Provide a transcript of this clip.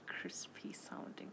crispy-sounding